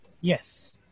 Yes